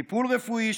טיפול רפואי,